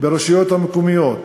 ברשויות המקומיות,